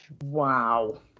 Wow